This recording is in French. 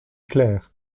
clairs